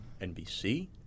NBC